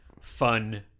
fun